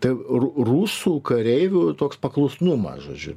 tai ru rusų kareivių toks paklusnumas žodžiu